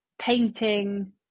painting